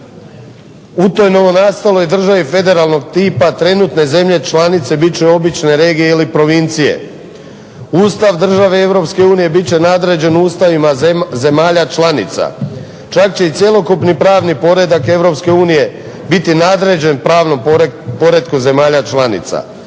U toj novonastaloj državi federalnog tipa trenutne zemlje članice bit će obične regije ili provincije. Ustav države EU bit će nadređen ustavima zemalja članica. Čak će i cjelokupni pravni poredak EU biti nadređen pravnom poretku zemalja članica.